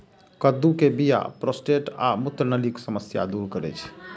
कद्दू के बीया प्रोस्टेट आ मूत्रनलीक समस्या दूर करै छै